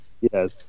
Yes